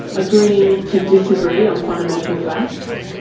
agreeing to disagree on fundamental facts,